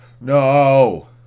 No